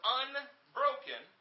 unbroken